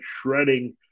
shredding